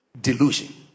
delusion